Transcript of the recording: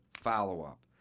follow-up